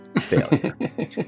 failure